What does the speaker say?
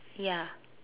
ya